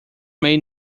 may